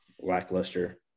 lackluster